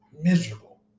miserable